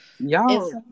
Y'all